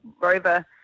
rover